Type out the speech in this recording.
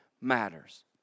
matters